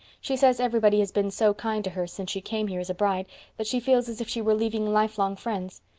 she says everybody has been so kind to her since she came here as a bride that she feels as if she were leaving lifelong friends.